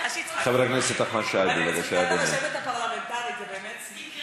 אני מצחיקה את הרשמת הפרלמנטרית, זה באמת שיא.